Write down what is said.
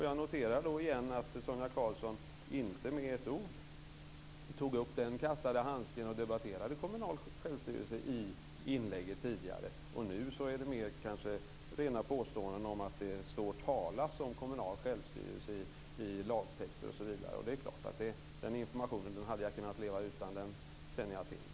Jag noterar igen att Sonia Karlsson inte med ett ord tog upp den kastade handsken och debatterade den kommunala självstyrelsen i inlägget tidigare. Nu är det mer rena påståenden om att det står talas om kommunal självstyrelse i lagtexten. Den informationen hade jag helt klart kunnat leva utan. Det känner jag till.